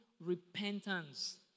repentance